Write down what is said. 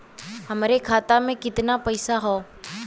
हमरे खाता में कितना पईसा हौ?